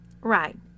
Right